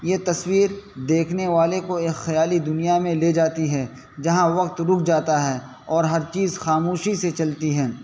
یہ تصویر دیکھنے والے کو ایک خیالی دنیا میں لے جاتی ہے جہاں وقت رک جاتا ہے اور ہر چیز خاموشی سے چلتی ہیں